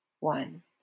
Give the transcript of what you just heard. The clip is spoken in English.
one